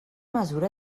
mesura